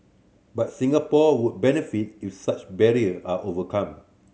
but Singapore would benefit if such barrier are overcome